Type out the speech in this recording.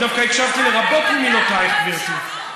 אני דווקא הקשבתי לרבות ממילותייך, גברתי.